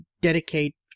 dedicate